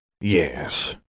Yes